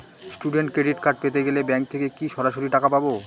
Student credit card পেতে গেলে bank থেকে কি সরাসরি টাকা পাবো?